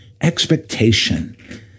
expectation